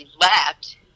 left